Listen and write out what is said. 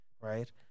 right